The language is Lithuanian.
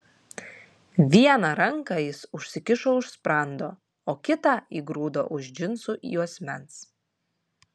vieną ranką jis užsikišo už sprando o kitą įgrūdo už džinsų juosmens